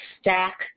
stack